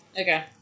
Okay